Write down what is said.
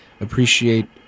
appreciate